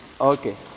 Okay